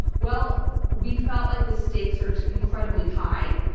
well, we felt like the stakes were incredibly high.